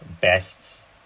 bests